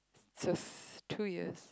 it's a two years